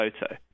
photo